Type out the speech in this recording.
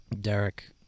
Derek